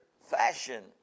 fashion